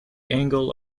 angle